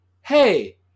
Hey